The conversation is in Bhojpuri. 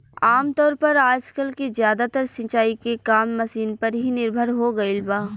आमतौर पर आजकल के ज्यादातर सिंचाई के काम मशीन पर ही निर्भर हो गईल बा